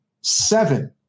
seven